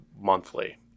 monthly